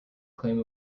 claim